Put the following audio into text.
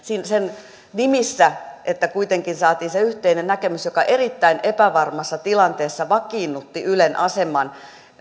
sen nimissä että kuitenkin saatiin se yhteinen näkemys joka erittäin epävarmassa tilanteessa vakiinnutti ylen aseman